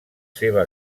seva